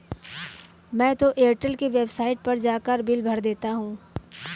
मैं तो एयरटेल के वेबसाइट पर जाकर बिल भर देता हूं